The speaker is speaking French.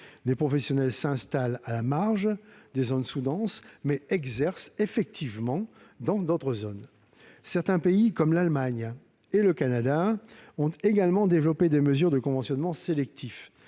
les professionnels s'installent à la marge des zones sous-denses, tout en exerçant dans d'autres zones. Certains pays comme l'Allemagne et le Canada ont également développé des mesures de conventionnement sélectif.